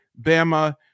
Bama